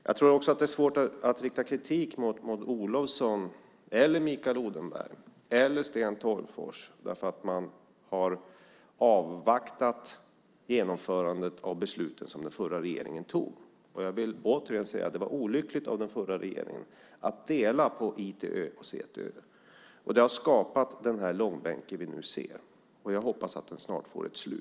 Det är också svårt att rikta kritik mot Maud Olofsson, Mikael Odenberg eller Sten Tolgfors för att man har avvaktat genomförandet av beslutet som den förra regeringen tog. Jag vill återigen säga att det var olyckligt av den förra regeringen att dela på ITÖ och CTÖ. Det har skapat den längbänk vi nu ser. Jag hoppas att det snart får ett slut.